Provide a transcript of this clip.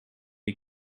you